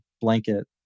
blanket